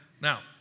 Now